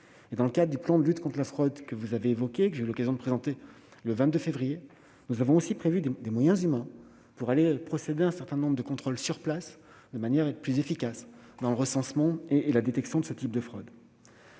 Dans le cadre du plan de lutte contre la fraude que j'ai eu l'occasion de présenter le 2 février, nous avons prévu des moyens humains pour procéder à un certain nombre de contrôles sur place, de manière à être plus efficaces dans le recensement et la détection de ce type de fraude.